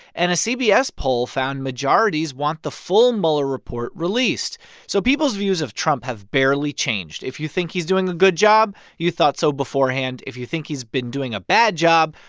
and a cbs poll found majorities want the full mueller report released so people's views of trump have barely changed. if you think he's doing a good job, you thought so beforehand. if you think he's been doing a bad job,